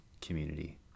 community